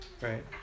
right